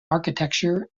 architecture